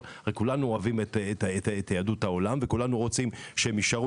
ושכולנו אוהבים את יהדות העולם וכולנו רוצים שהם יישארו